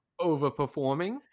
overperforming